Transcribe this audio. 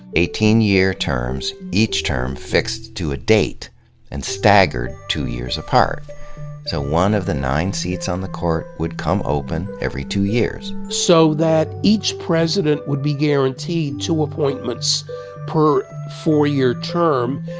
eighteen year terms, each term fixed to a date and staggered two years apart. so one of the nine seats on the court would come open every two years so that each president would be guaranteed two appointments per four year term,